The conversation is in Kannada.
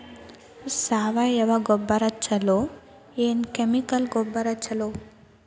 ಸಾವಯವ ಗೊಬ್ಬರ ಛಲೋ ಏನ್ ಕೆಮಿಕಲ್ ಗೊಬ್ಬರ ಛಲೋ?